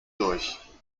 durch